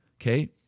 okay